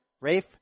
Rafe